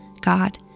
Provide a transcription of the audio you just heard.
God